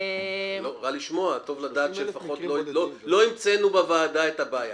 רע לשמוע, טוב לדעת שלא המצאנו בוועדה את הבעיה.